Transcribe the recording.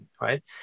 right